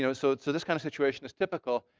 you know so so this kind of situation is typical.